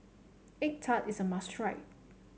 egg tart is a must try